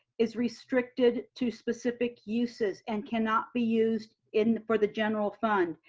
is restricted to specific uses and cannot be used in for the general fund.